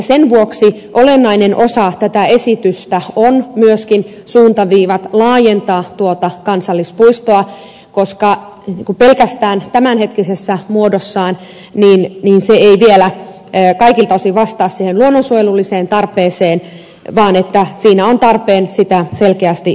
sen vuoksi olennainen osa tätä esitystä ovat myöskin suuntaviivat laajentaa tuota kansallispuistoa koska pelkästään tämänhetkisessä muodossaan se ei vielä kaikilta osin vastaa luonnonsuojelulliseen tarpeeseen vaan siinä on tarpeen sitä selkeästi laajentaa